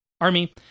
army